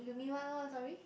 you mean what what what sorry